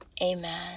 Amen